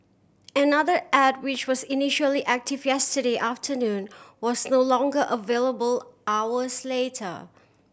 another ad which was initially active yesterday afternoon was no longer available hours later